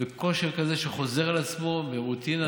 כושר כזה שחוזר על עצמו ברוטינה.